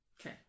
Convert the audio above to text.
Okay